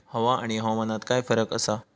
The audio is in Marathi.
हवा आणि हवामानात काय फरक असा?